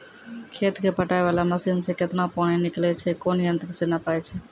खेत कऽ पटाय वाला मसीन से केतना पानी निकलैय छै कोन यंत्र से नपाय छै